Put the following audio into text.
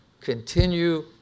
continue